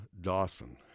Dawson